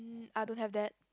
mm I don't have that